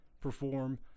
perform